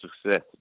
success